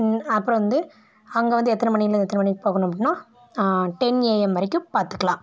அப்புறம் வந்து அங்கே வந்து எத்தனை மணிலேருந்து எத்தனை மணிக்கு போகணும் அப்படின்னா டென் ஏஎம் வரைக்கும் பார்த்துக்கலாம்